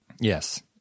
Yes